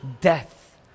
Death